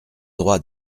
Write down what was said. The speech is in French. droits